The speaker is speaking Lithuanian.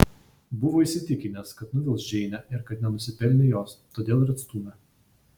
buvo įsitikinęs kad nuvils džeinę ir kad nenusipelnė jos todėl ir atstūmė